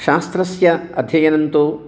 शास्त्रस्य अध्ययनन्तु